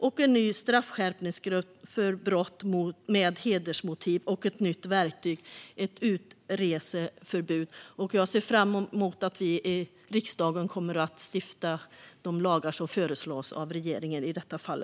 Det är en ny straffskärpningsgrund för brott med hedersmotiv och ett nytt verktyg - ett utreseförbud. Jag ser fram emot att vi i riksdagen kommer att stifta de lagar som föreslås av regeringen i detta fall.